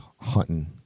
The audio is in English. hunting